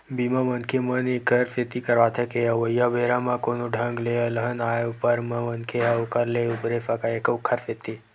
बीमा, मनखे मन ऐखर सेती करवाथे के अवइया बेरा म कोनो ढंग ले अलहन आय ऊपर म मनखे ह ओखर ले उबरे सकय ओखर सेती